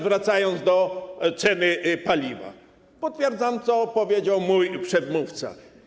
Wracając do kwestii ceny paliwa, potwierdzam to, co powiedział mój przedmówca.